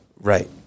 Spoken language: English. right